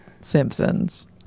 Simpsons